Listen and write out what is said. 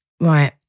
Right